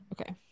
okay